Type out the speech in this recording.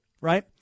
right